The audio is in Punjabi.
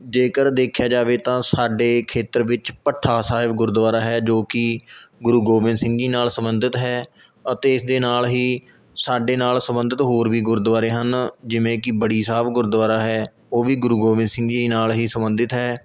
ਜੇਕਰ ਦੇਖਿਆ ਜਾਵੇ ਤਾਂ ਸਾਡੇ ਖੇਤਰ ਵਿੱਚ ਭੱਠਾ ਸਾਹਿਬ ਗੁਰਦੁਆਰਾ ਹੈ ਜੋ ਕਿ ਗੁਰੂ ਗੋਬਿੰਦ ਸਿੰਘ ਜੀ ਨਾਲ ਸੰਬੰਧਿਤ ਹੈ ਅਤੇ ਇਸ ਦੇ ਨਾਲ ਹੀ ਸਾਡੇ ਨਾਲ ਸੰਬੰਧਿਤ ਹੋਰ ਵੀ ਗੁਰਦੁਆਰੇ ਹਨ ਜਿਵੇਂ ਕਿ ਬੜੀ ਸਾਹਿਬ ਗੁਰਦੁਆਰਾ ਹੈ ਉਹ ਵੀ ਗੁਰੂ ਗੋਬਿੰਦ ਸਿੰਘ ਜੀ ਨਾਲ ਹੀ ਸੰਬੰਧਿਤ ਹੈ